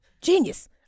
Genius